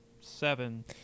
seven